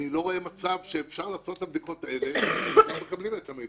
אני לא רואה מצב שאפשר לעשות את הבדיקות בלי שאנחנו מקבלים את המידע.